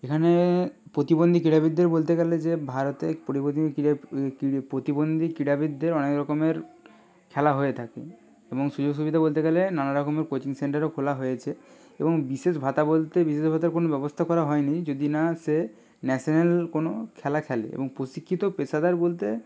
এখানে প্রতিবন্ধী ক্রীড়াবিদদের বলতে গেলে যে ভারতে প্রতিবন্ধী ক্রীড়াবিদদের অনেকরকমের খেলা হয়ে থাকে এবং সুযোগ সুবিধা বলতে গেলে নানা রকমের কোচিং সেন্টারও খোলা হয়েছে এবং বিশেষ ভাতা বলতে বিশেষ ভাতার কোনও ব্যবস্থা করা হয়নি যদি না সে ন্যাশনাল কোনও খেলা খেলে এবং প্রশিক্ষিত পেশাদার বলতে